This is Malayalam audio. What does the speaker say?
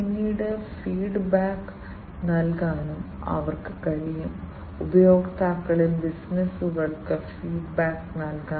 ഇതുപോലെ വ്യത്യസ്ത തരം സെൻസറുകൾ നിർമ്മിക്കുന്ന ആഗോളതലത്തിൽ മറ്റ് വ്യത്യസ്ത സെൻസർ നിർമ്മാതാക്കൾ ഉണ്ട്